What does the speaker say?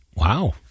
Wow